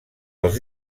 els